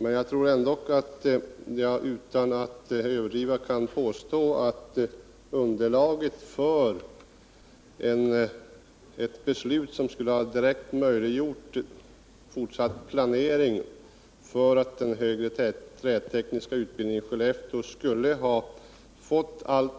Men jag tror ändå att jag utan att överdriva kan påstå att det finns underlag för ett beslut som skulle ha direkt möjliggjort fortsatt planering för att ge den högre trätekniska utbildningen i Skellefteå